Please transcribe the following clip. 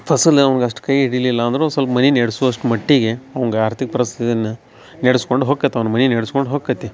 ಫಸಲು ನಮ್ಗ ಅಷ್ಟು ಕೈ ಇಡಿಲಿಲ್ಲ ಅಂದರೂ ಸೊಲ್ಪ ಮನೆ ನಡ್ಸುವಷ್ಟು ಮಟ್ಟಿಗೆ ಅವಂಗ ಆರ್ಥಿಕ ಪರಿಸ್ಥತಿಯನ್ನ ನೆಡ್ಸ್ಕೊಂಡು ಹೊಕತವ್ನ ಮನೆ ನೆಡ್ಸ್ಕೊಂಡು ಹೋಕತ್ತಿ